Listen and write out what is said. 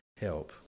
help